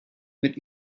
mit